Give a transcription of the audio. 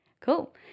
Cool